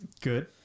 Good